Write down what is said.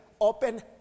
open